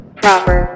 proper